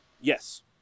Yes